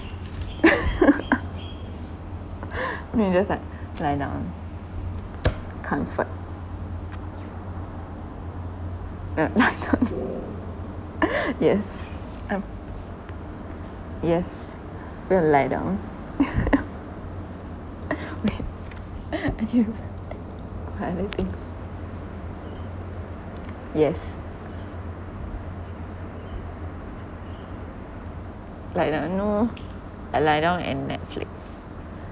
so you just like lie down comfort uh lie down yes uh yes will lie down lie down wait are you what other things yes like like no I lie down and Netflix